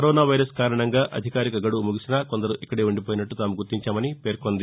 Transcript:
corona virus కారణంగా అధికారిక గడువు ముగిసినా కొందరు ఇక్కడే ఉండిపోయినట్టు తాము గుర్తించామని పేర్కొంది